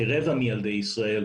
כרבע מילדי ישראל,